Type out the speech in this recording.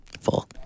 Full